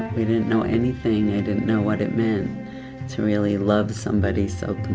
we didn't know anything, i didn't know what it meant to really love somebody so